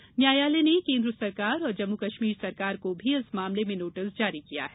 पांच न्यायालय ने केन्द्र सरकार और जम्मू कश्मीर सरकार को भी इस मामले में नोटिस जारी किया है